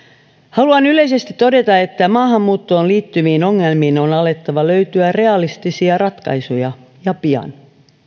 haluan yleisesti todeta että maahanmuuttoon liittyviin ongelmiin on alettava löytyä realistisia ratkaisuja ja pian